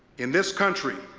in this country,